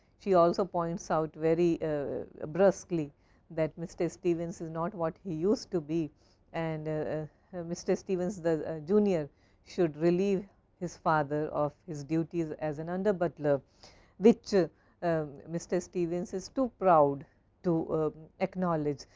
she also points out very bristly that mr. stevens is not what he use to be and ah mr. stevens ah junior should relieve his father of his duties as an under butler which ah mr. stevens is too proud to acknowledge.